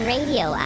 Radio